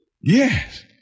Yes